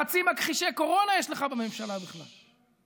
חצי מכחישי קורונה יש לך בממשלה בכלל: